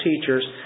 teachers